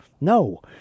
No